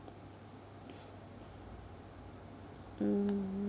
mm